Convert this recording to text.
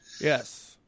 Yes